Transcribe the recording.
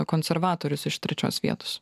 konservatorius iš trečios vietos